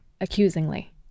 accusingly